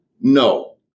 No